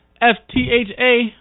F-T-H-A